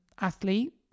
athlete